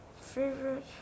favorite